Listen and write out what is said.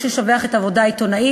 יש לשבח את העבודה העיתונאית,